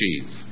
achieve